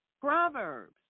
Proverbs